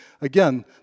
again